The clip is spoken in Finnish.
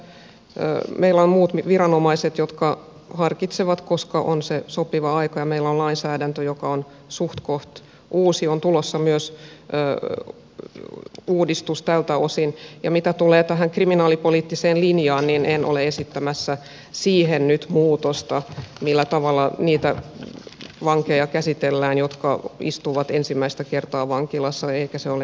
meillä on muut viranomaiset jotka harkitsevat koska on se sopiva aika ja meillä on lainsäädäntö joka on suhtkoht uusi on tulossa myös uudistus tältä osin ja mitä tulee tähän kriminaalipoliittiseen linjaan niin en ole esittämässä siihen nyt muutosta millä tavalla käsitellään niitä vankeja jotka istuvat ensimmäistä kertaa vankilassa eikä se ole nyt budjettiasia